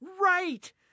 right